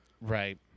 Right